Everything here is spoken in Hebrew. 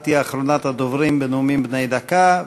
את תהיי אחרונת הדוברים בנאומים בני דקה,